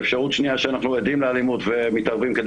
אפשרות שנייה,